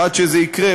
ועד שזה יקרה,